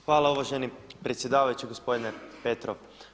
Hvala uvaženi predsjedavajući, gospodine Petrov.